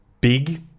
big